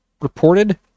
reported